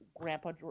grandpa